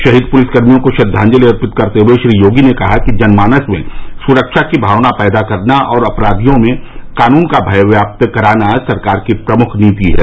शहीद पुलिसकर्मियों को श्रद्वाजंति अर्पित करते हुए श्री योगी ने कहा कि जनमानस में सुरक्षा की भावना पैदा करना और अपराधियों में कानून का भय व्याप्त करना सरकार की प्रमुख नीति है